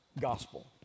gospel